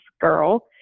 girl